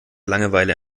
langeweile